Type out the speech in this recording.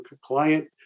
client